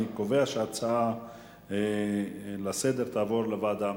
אני קובע שההצעה לסדר-היום תעבור לוועדה המשותפת.